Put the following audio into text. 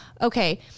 okay